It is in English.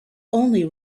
only